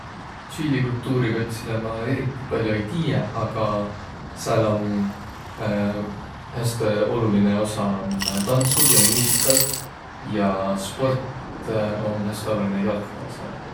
Tsiili kultuuri kotsilõ ma eriti pall'o ei tiiäq, aga sääl om, häste olulinõ osa om tandsul ja muusikal ja sport om häste olulinõ jalgpall sääl.